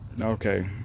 Okay